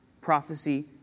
Prophecy